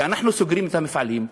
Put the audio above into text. כשאנחנו סוגרים את המפעלים,